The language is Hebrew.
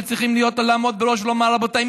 שצריכים לעמוד בראש ולומר: רבותיי,